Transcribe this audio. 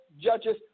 judges